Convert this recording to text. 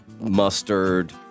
mustard